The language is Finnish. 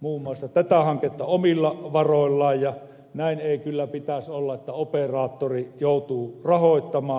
muun muassa tätä hanketta omilla varoillaan ja näin ei kyllä pitäisi olla että operaattori joutuu rahoittamaan